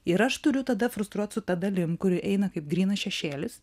ir aš turiu tada frustruot su ta dalim kuri eina kaip grynas šešėlis